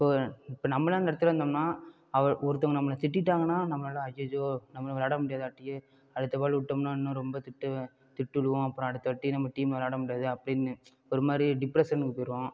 இப்போ இப்போ நம்மளே அந்த இடத்துல இருந்தோம்னா அவர் ஒருத்தவங்க நம்மளை திட்டிட்டாங்கன்னா நம்மளை ஐயைய்யோ நம்மளால் விளையாடமுடியாதாட்டியே அடுத்த பால் விட்டோம்னா இன்னும் ரொம்ப திட்டுவா திட்டுலுவும் அப்புறம் அடுத்த வாட்டி நம்ப டீம்மில விளையாட முடியாதே அப்படின்னு ஒரு மாதிரி டிப்ரெஷனுக்கு போயிருவோம்